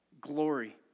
glory